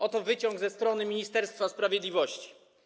Oto wyciąg ze strony Ministerstwa Sprawiedliwości.